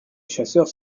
chasseurs